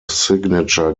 signature